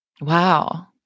Wow